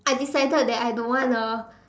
I decided that I don't want a